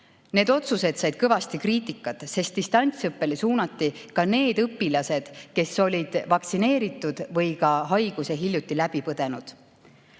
Need otsused said kõvasti kriitikat, sest distantsõppele suunati ka need õpilased, kes olid vaktsineeritud või haiguse hiljuti läbi põdenud.